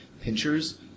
pinchers